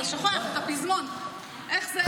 אתה שוכח את הפזמון, איך זה?